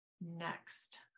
next